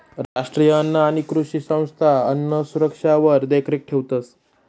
राष्ट्रीय अन्न आणि कृषी संस्था अन्नसुरक्षावर देखरेख ठेवतंस